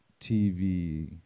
TV